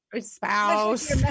spouse